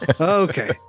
Okay